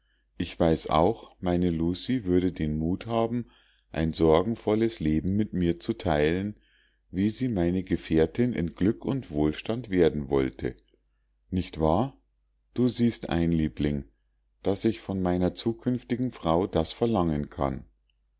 ich weiß auch meine lucie würde den mut haben ein sorgenvolles leben mit mir zu teilen wie sie meine gefährtin in glück und wohlstand werden wollte nicht wahr du siehst ein liebling daß ich von meiner zukünftigen frau das verlangen kann